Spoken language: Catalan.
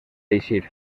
eixir